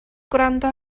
gwrando